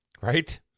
Right